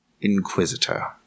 Inquisitor